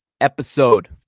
episode